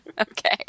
Okay